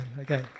Okay